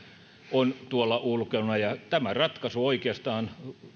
on tuolla ulkona tämä ratkaisu oikeastaan